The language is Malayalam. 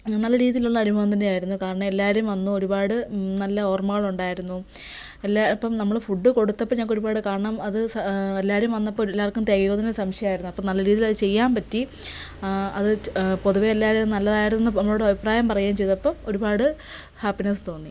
നല്ല രീതിയിലുള്ള അനുഭവം തന്നെ ആയിരുന്നു കാരണം എല്ലാരും വന്നു ഒരുപാട് നല്ല ഓർമ്മകളൊണ്ടായിരുന്നു എല്ലാം ഇപ്പം നമ്മള് ഫുഡ് കൊടുത്തപ്പം ഞങ്ങക്ക് ഒരുപാട് കാരണം അത് എല്ലാവരും വന്നപ്പം എല്ലാർക്കും തികയുമോ എന്നൊരു സംശയമായിരുന്നു അപ്പം നല്ല രീതിയിലത് ചെയ്യാൻ പറ്റി അത് പൊതുവെ എല്ലാരും നല്ലതായിരുന്നു ഓരോ അഭിപ്രായം പറയുകയും ചെയ്തപ്പോൾ ഒരുപാട് ഹാപ്പിനെസ്സ് തോന്നി